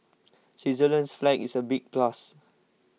Switzerland's flag is the big plus